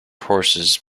horses